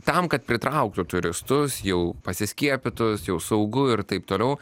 tam kad pritrauktų turistus jau pasiskiepytus jau saugu ir taip toliau